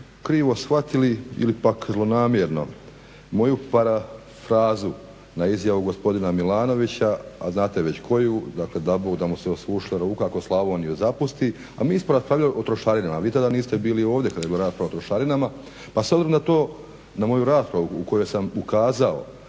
krivo shvatili ili pak zlonamjerno moju parafrazu na izjavu gospodina Milanovića, a znate već koju, dakle dabogda mu se osušila ruka ako Slavoniju zapusti, a mi smo raspravljali o trošarinama. Vidite da niste bili ovdje kada je rasprava o trošarinama pa sada na to na moju raspravu u kojoj sam ukazao